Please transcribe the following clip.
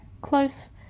close